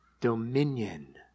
dominion